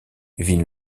ville